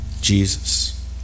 Jesus